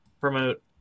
promote